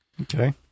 Okay